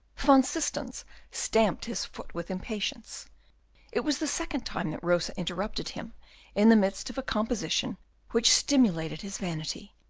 van systens stamped his foot with impatience it was the second time that rosa interrupted him in the midst of a composition which stimulated his vanity,